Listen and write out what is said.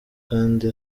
kandi